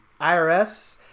IRS